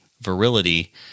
virility